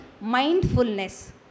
mindfulness